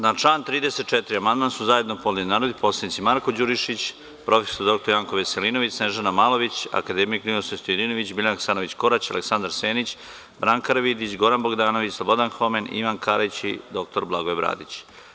Na član 34. amandman su zajedno podneli narodni poslanici Marko Đurišić, prof. dr Janko Veselinović, Snežana Malović, akademik Ninoslav Stojadinović, Biljana Hasanović Korać, Aleksandar Senić, Branka Karavidić, Goran Bogdanović, Slobodan Homen, Ivan Karić i dr Blagoje Bradić.